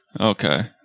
Okay